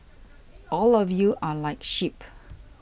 all of you are like sheep